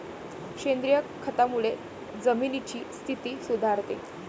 सेंद्रिय खतामुळे जमिनीची स्थिती सुधारते